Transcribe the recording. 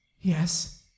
Yes